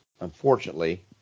unfortunately